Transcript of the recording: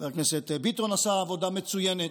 חבר הכנסת ביטון עשה עבודה מצוינת,